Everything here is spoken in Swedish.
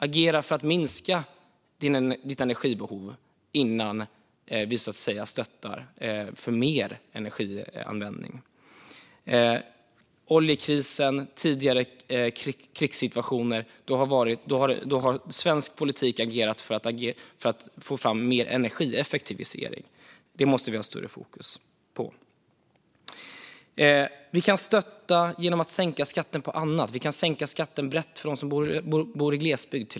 Agera för att minska ditt energibehov innan vi stöttar för mer energianvändning! Under oljekrisen och i tidigare krigssituationer har svensk politik agerat för att få fram mer energieffektivisering. Det måste vi ha större fokus på. Vi kan stötta genom att sänka skatten på annat. Vi kan till exempel sänka skatten brett för dem som bor i glesbygd.